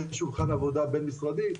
יש שולחן עבודה בין משרדי.